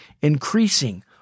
increasing